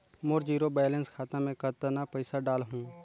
मोर zero balance खाता मे कतना पइसा डाल हूं?